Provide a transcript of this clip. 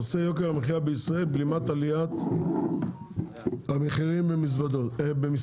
הנושא: יוקר המחיה בישראל בלימת עליית המחירים במסעדות.